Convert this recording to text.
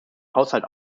haushalt